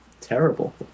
terrible